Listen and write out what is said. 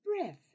breath